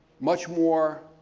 much more